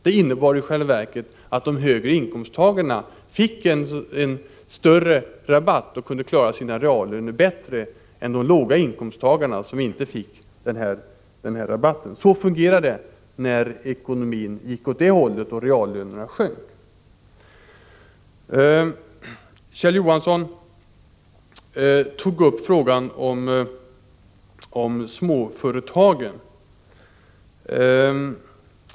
Det innebar i själva verket att de högre inkomsttagarna fick en större rabatt och därigenom kunde klara sina reallöner bättre än låginkomsttagarna, som inte fick samma rabatt. Kjell Johansson tog upp frågan om småföretagen.